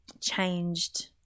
changed